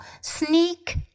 Sneak